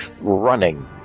running